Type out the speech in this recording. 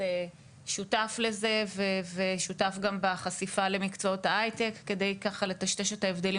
שותף לזה ושותף גם בחשיפה למקצועות ההייטק כדי לטשטש את ההבדלים